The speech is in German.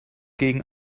gegen